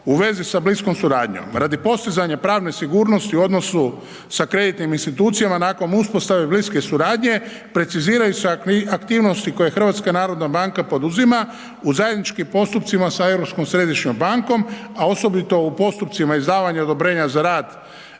u vezi sa bliskom suradnjom, radi postizanja pravne sigurnosti u odnosu sa kreditnim institucijama, nakon uspostave bliske suradnje, preciziraju se aktivnosti koje HNB poduzima u zajedničkim postupcima sa Europskom središnjom bankom a osobito u postupcima izdavanja odobrenja za rad